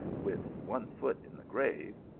with one foot in the grave,